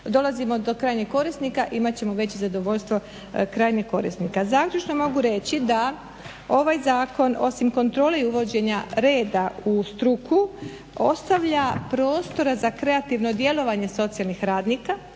dolazimo do krajnjeg korisnika. Imat ćemo veće zadovoljstvo krajnjeg korisnika. Zaključno mogu reći da ovaj Zakon osim kontrole uvođenja reda u struku ostavlja prostora za kreativno djelovanje socijalnih radnika